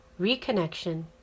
reconnection